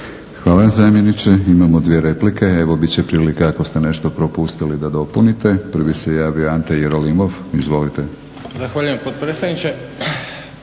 Hvala zamjeniče. Imamo dvije replike, evo biti će prilike ako ste nešto propustili da dopunite. Prvi se javio Ante Jerolimov, izvolite. **Jerolimov, Ante